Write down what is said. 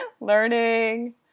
learning